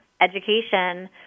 education